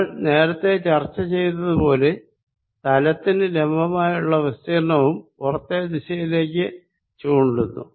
നിങ്ങൾ നേരത്തെ ചർച്ച ചെയ്തത് പോലെ തലത്തിനു ലംബമായുള്ള വിസ്തീർണവും പുറത്തെ ദിശയിലേക്ക് ചൂണ്ടുന്നു